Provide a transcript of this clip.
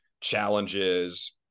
challenges